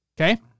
Okay